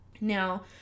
now